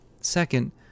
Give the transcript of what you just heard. Second